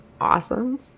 Awesome